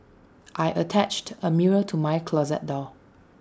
I attached A mirror to my closet door